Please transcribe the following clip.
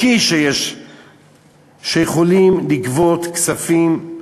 שיכולים לגבות כספים,